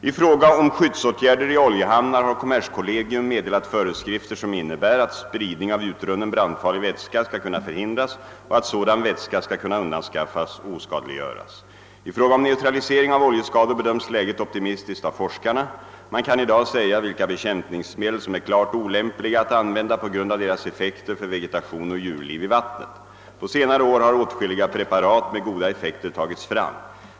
nar har kommerskollegium meddelat föreskrifter, som innebär att spridning av utrunnen brandfarlig vätska skall kunna förhindras och att sådan vätska skall kunna undanskaffas och oskadliggöras. I fråga om neutralisering av oljeskador bedöms läget optimistiskt av forskarna. Man kan i dag säga vilka bekämpningsmedel som är klart olämpliga att använda på grund av sina effekter på vegetation och djurliv i vattnet. På senare år har åtskilliga preparat med goda effekter tagits fram.